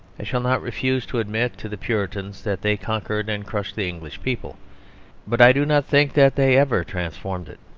i shall not refuse to admit to the puritans that they conquered and crushed the english people but i do not think that they ever transformed it.